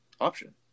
option